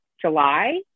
July